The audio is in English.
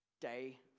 day